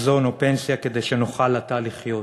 מזון או פנסיה כדי שנוכל עתה לחיות?